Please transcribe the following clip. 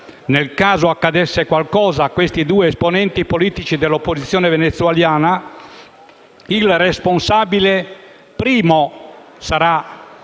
nel caso accadesse qualcosa a questi due esponenti politici dell'opposizione venezuelana, come primo